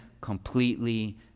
completely